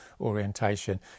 orientation